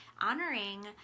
honoring